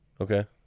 Okay